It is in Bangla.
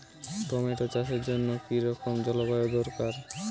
টমেটো চাষের জন্য কি রকম জলবায়ু দরকার?